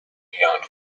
beyond